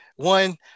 One